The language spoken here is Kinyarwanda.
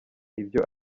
ibyo